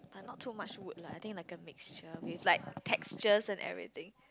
not so much would like I think like a mixture with like texture and everything